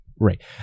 Right